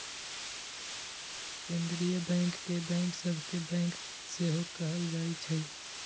केंद्रीय बैंक के बैंक सभ के बैंक सेहो कहल जाइ छइ